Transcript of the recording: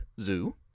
zoo